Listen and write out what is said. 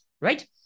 right